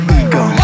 ego